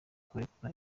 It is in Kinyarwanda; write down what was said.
kurekura